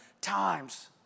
times